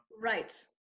right